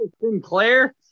Sinclair